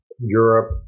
Europe